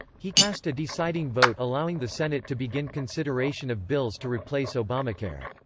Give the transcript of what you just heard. he cast a deciding vote allowing the senate to begin consideration of bills to replace obamacare.